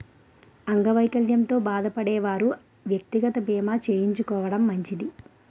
అంగవైకల్యంతో బాధపడే వారు వ్యక్తిగత బీమా చేయించుకోవడం మంచిది